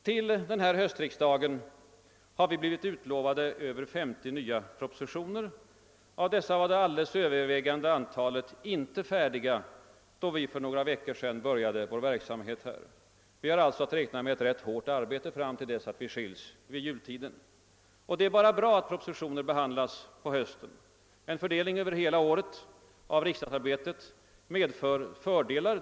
Till denna höstriksdag har vi blivit lovade över femtio nya propositioner. Av dessa var det alldeles övervägande antalet färdiga då vi för några veckor sedan började vår verksamhet här. Vi har alltså att räkna med ett rätt hårt arbete fram till dess vi skils vid jultiden. Det är bara bra att propositioner behandlas vid höstriksdagen. En fördelning över hela året av riksdagsarbetet medför fördelar.